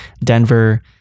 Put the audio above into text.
Denver